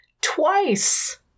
Twice